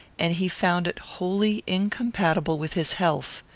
and he found it wholly incompatible with his health.